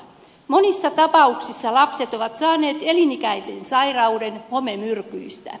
monissa tapauksissa lapset ovat saaneet elinikäisen sairauden homemyrkyistä